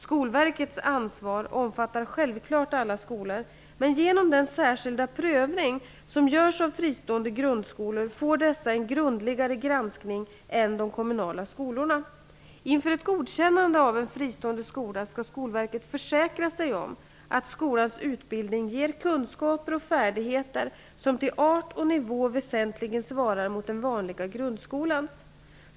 Skolverkets ansvar omfattar självklart alla skolor, men genom den särskilda prövning som görs av fristående grundskolor får dessa en grundligare granskning än de kommunala skolorna. Inför ett godkännande av en fristående skola skall Skolverket försäkra sig om att skolans utbildning ger kunskaper och färdigheter som till art och nivå väsentligen svarar mot den vanliga grundskolans.